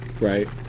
right